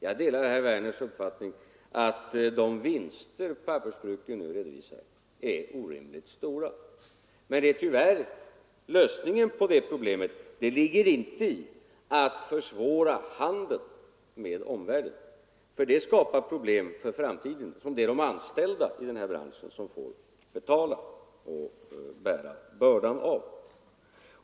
Jag delar herr Werners uppfattning att de vinster pappersbruken nu redovisar är orimligt stora. Men lösningen på det problemet ligger inte i att försvåra handeln med omvärlden, för det skapar problem för framtiden som de anställda i den här branschen får bära bördan av.